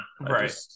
Right